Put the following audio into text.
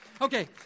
Okay